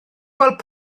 gweld